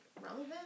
relevant